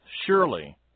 surely